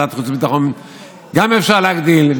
בוועדת חוץ וביטחון אפשר להגדיל,